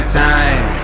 time